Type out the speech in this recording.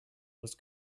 was